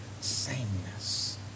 sameness